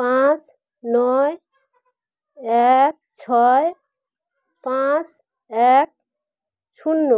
পাঁচ নয় এক ছয় পাঁচ এক শূন্য